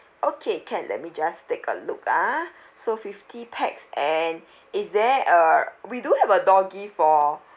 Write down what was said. okay can let me just take a look ah so fifty pax and is there err we do have a door gift for